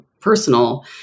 personal